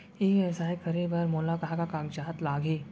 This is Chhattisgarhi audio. ई व्यवसाय करे बर मोला का का कागजात लागही?